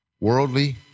worldly